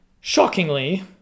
Shockingly